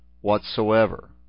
whatsoever